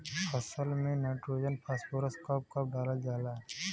फसल में nitrogen phosphorus कब कब डालल जाला?